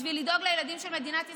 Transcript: בשביל לדאוג לילדים של מדינת ישראל,